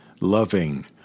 loving